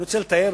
אני רוצה לתאר,